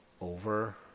over